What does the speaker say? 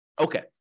Okay